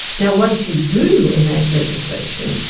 now, once you do enact legislation,